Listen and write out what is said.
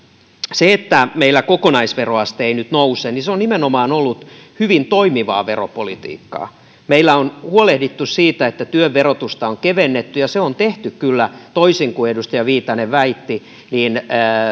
se että meillä kokonaisveroaste ei nyt nouse on nimenomaan ollut hyvin toimivaa veropolitiikkaa meillä on huolehdittu siitä että työn verotusta on kevennetty ja se on tehty kyllä toisin kuin edustaja viitanen väitti